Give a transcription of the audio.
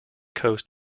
coast